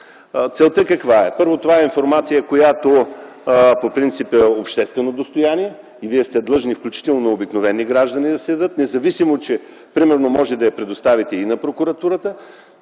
Целта каква е? Първо, това е информация, която по принцип е обществено достояние и вие сте длъжни, включително на обикновени граждани, да я дадете, независимо че може да я предоставите и на прокуратурата.